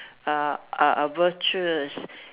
ah ah ah virtuous